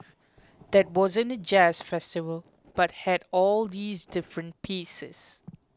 that wasn't a jazz festival but had all these different pieces